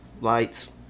lights